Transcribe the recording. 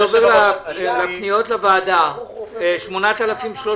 אני עובר לפניות הוועדה: פנייה מס' 8013,